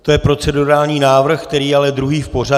To je procedurální návrh, který je ale druhý v pořadí.